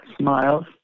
smiles